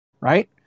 right